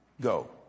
go